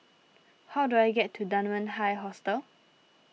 how do I get to Dunman High Hostel